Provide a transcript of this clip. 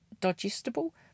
digestible